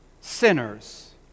sinners